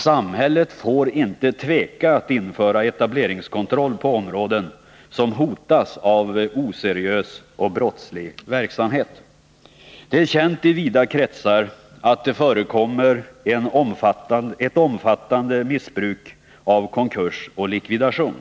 Samhället får inte tveka när det gäller att införa etableringskontroll på områden som hotas av icke-seriös och brottslig verksamhet. Det är känt i vida kretsar att ett omfattande missbruk förekommer i fråga om konkurs och likvidation.